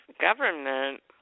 Government